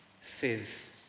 says